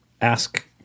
ask